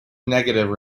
negative